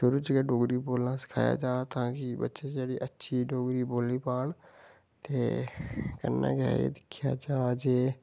शुरू च गै डोगरी बोलना सखाया जा तां कि बच्चे जेह्ड़े अच्छी डोगरी बोल्ली पाह्न ते कन्नै गै एह् दिक्खेआ जा जे